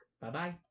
Bye-bye